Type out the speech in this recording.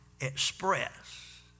express